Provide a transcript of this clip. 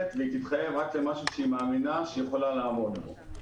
והיא תתחייב רק למשהו שהיא מאמינה שהיא יכולה לעמוד בו.